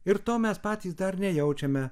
ir to mes patys dar nejaučiame